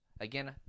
again